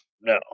No